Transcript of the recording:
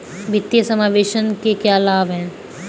वित्तीय समावेशन के क्या लाभ हैं?